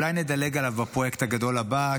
אולי נדלג עליו בפרויקט הגדול הבא,